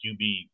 QB